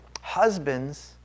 husbands